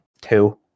two